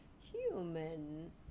Human